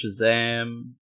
Shazam